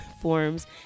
forms